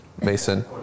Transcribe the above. Mason